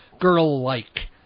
Girl-like